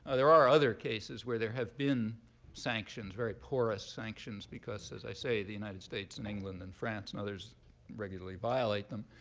ah there are other cases where there have been sanctions very porous sanctions because, as i say, the united states and england and france and others regularly violate them.